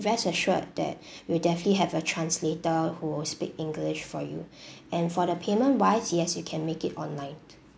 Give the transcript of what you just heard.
rest assured that we'll definitely have a translator who will speak english for you and for the payment wise yes you can make it online